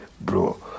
Bro